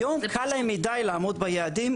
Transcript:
היום קל להם מידי לעמוד ביעדים,